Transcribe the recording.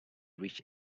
reached